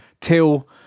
Till